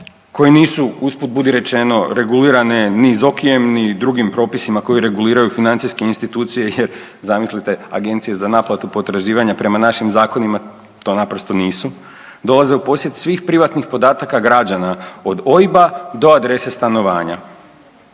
koje nisu, usput, budi rečeno, regulirane ni ZOKI-jem ni drugim propisima koji reguliraju financijske institucije jer, zamislite, agencije za naplatu potraživanja prema našim zakonima to naprosto nisu, dolaze u posjed svih privatnih podataka građana, od OIB-a do adrese stanovanja.